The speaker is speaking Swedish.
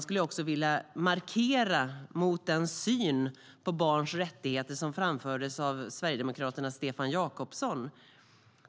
Här skulle jag vilja markera mot den syn på barns rättigheter som framfördes av Sverigedemokraternas Stefan Jakobsson.